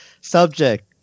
subject